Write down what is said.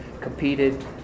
competed